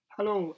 Hello